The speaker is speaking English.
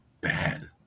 bad